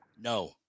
No